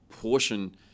portion